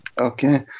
Okay